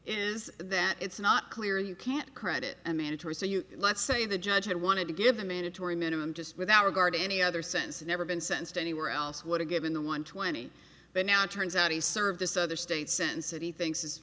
is that it's not clear you can't credit a mandatory so you let's say the judge had wanted to give the mandatory minimum just without regard to any other sense never been sentenced anywhere else would've given the one twenty but now it turns out he served this other state since it he thinks is